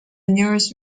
nearest